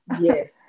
Yes